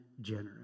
generous